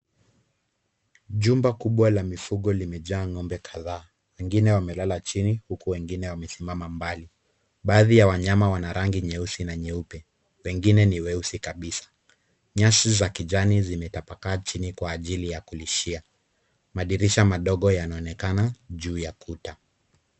Jumba kubwa la mifugo limejaa ngombe kadhaa, wengine wamelala chini huku wengine wamesimama mbali. Baadhi ya wanyama wana rangi nyeusi na nyeupe, wengine ni weusi kabisa. Nyasi za kijani zimetapakaa chini kwa ajili ya kulishia. Madirisha madogo yanaonekana juu ya kuta.